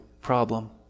problem